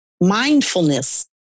Mindfulness